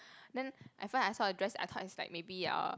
then I find I saw a dress I thought it's like maybe uh